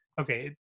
okay